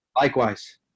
Likewise